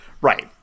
Right